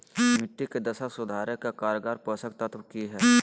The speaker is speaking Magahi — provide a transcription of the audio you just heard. मिट्टी के दशा सुधारे के कारगर पोषक तत्व की है?